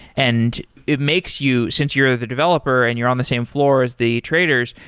and it makes you since you're the developer and you're on the same floor as the traders,